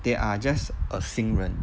they are just a 新人